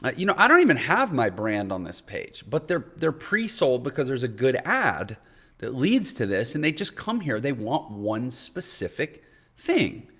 ah you know, i don't even have my brand on this page. but they're they're pre-sold because there's a good ad that leads to this and they just come here. they want one specific thing.